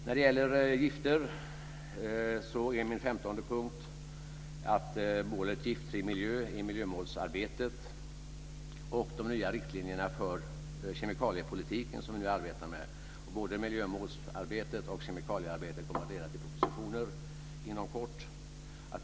När det gäller gifter handlar min nästa punkt om målet om en giftfri miljö i miljömålsarbetet och om de nya riktlinjerna för kemikaliepolitiken, som vi nu arbetar med. Både miljömålsarbetet och kemikaliearbetet kommer att leda till propositioner inom kort.